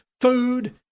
food